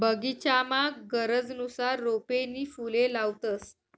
बगीचामा गरजनुसार रोपे नी फुले लावतंस